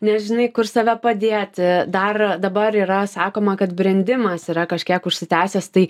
nežinai kur save padėti dar dabar yra sakoma kad brendimas yra kažkiek užsitęsęs tai